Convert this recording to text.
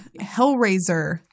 Hellraiser